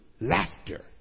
laughter